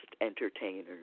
entertainers